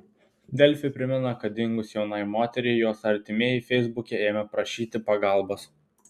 delfi primena kad dingus jaunai moteriai jos artimieji feisbuke ėmė prašyti pagalbos